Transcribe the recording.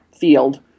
field